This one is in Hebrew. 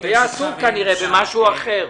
היה עסוק כנראה במשהו אחר.